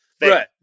right